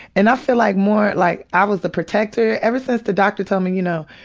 and i felt like, more like i was the protector ever since the doctor told me, you know,